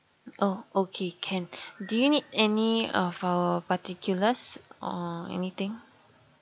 oh okay can do you need any of our particulars or anything